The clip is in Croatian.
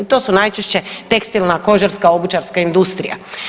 To su najčešće tekstilna, kožarska, obućarska industrija.